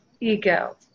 ego